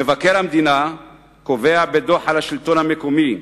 מבקר המדינה קובע בדוח על השלטון המקומי: